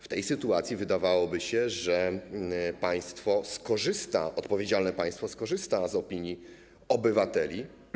W tej sytuacji wydawałoby się, że państwo skorzysta, odpowiedzialne państwo skorzysta z opinii obywateli.